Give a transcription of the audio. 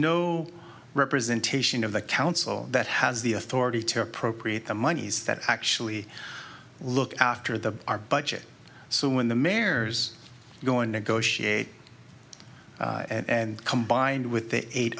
no representation of the council that has the authority to appropriate the monies that actually look after the our budget so when the mares go and negotiate and combined with eight